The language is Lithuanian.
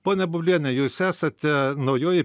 ponia bubliene jūs esate naujoji